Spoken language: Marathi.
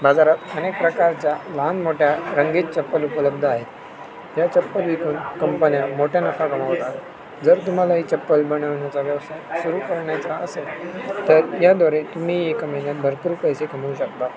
बाजारात अनेक प्रकारच्या लहान मोठ्या रंगीत चप्पल उपलब्ध आहेत या चप्पल विकून कंपन्या मोठ्या नफा कमावतात जर तुम्हाला ही चप्पल बनवण्याचा व्यवसाय सुरू करण्याचा असेल तर याद्वारे तुम्ही एका महिन्यात भरपूर पैसे कमवू शकता